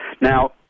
Now